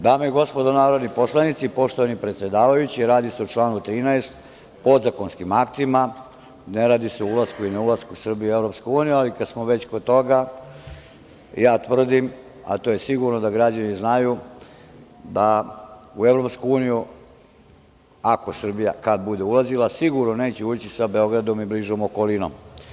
Dame i gospodo narodni poslanici, poštovani predsedavajući, radi se o članu 13, podzakonskim aktima, ne radi se o ulasku i ne ulasku Srbije u EU, ali kada smo već kod toga, ja tvrdim, a to je sigurno da građani znaju, da u EU, ako Srbija, kad bude ulazila, sigurno neće ući sa Beogradom i bližom okolinom.